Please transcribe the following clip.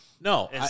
No